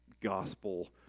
gospel